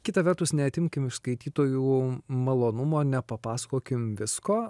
kita vertus neatimkim iš skaitytojų malonumo nepapasakokim visko